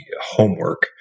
homework